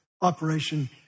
operation